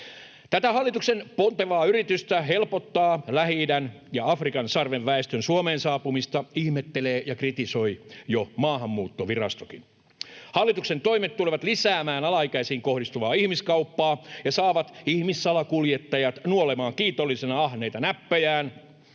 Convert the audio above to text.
Tätä hallituksen pontevaa yritystä helpottaa Lähi-idän ja Afrikan sarven väestön Suomeen saapumista ihmettelee ja kritisoi jo Maahanmuuttovirastokin. Hallituksen toimet tulevat lisäämään alaikäisiin kohdistuvaa ihmiskauppaa ja saavat ihmissalakuljettajat nuolemaan kiitollisina ahneita näppejään